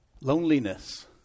Loneliness